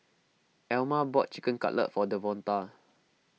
Alma bought Chicken Cutlet for Devonta